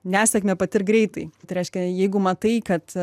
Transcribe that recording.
nesėkmę patirk greitai tai reiškia jeigu matai kad